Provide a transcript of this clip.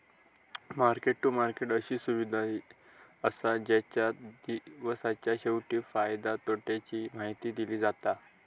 market to market अशी सुविधा असा जेच्यात दिवसाच्या शेवटी फायद्या तोट्याची माहिती दिली जाता